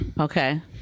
okay